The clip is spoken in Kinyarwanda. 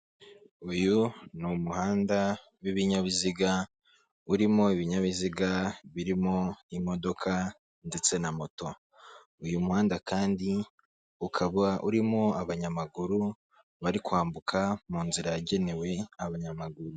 Uyu n'umuhanda w'ibinyabiziga urimo ibinyabiziga birimo imodoka ndetse na moto uyu muhanda kandi ukaba urimo abanyamaguru bari kwambuka mu nzira yagenewe abanyamaguru.